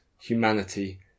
Humanity